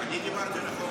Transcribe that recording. אני דיברתי על החוק.